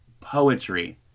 poetry